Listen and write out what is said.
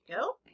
go